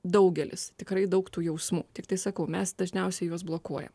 daugelis tikrai daug tų jausmų tiktai sakau mes dažniausiai juos blokuojam